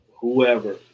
Whoever